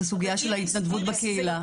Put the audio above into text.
הסוגייה של ההתנדבות בקהילה,